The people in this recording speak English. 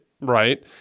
Right